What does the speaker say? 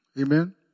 Amen